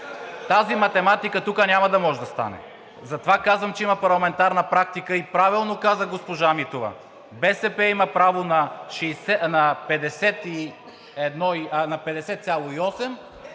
Тази математика тук няма да може да стане. Затова казвам, че има парламентарна практика и правилно каза госпожа Митева – БСП има право на 50,8,